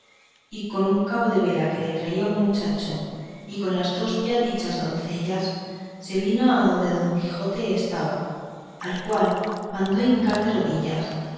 y con un cabo de vela que le traía un muchacho y con las dos ya dichas doncellas se vino adonde don quijote estaba al cual mandó hincar de rodillas